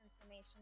information